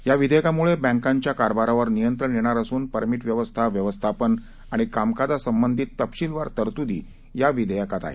या विधेयकामुळे बँकांच्या कारभारावर नियंत्रण येणार असून परमिट व्यवस्था व्यवस्थापन आणि कामकाजासंबंधित तपशीलवार तरतुदी या विधेयकात आहेत